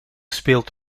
speelt